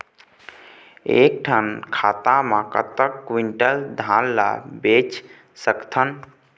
एक ठन खाता मा कतक क्विंटल धान ला बेच सकथन?